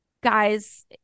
guys